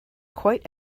quite